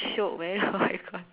shiok man like on aircon